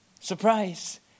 Surprise